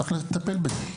צריך לטפל בזה.